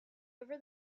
over